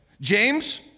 James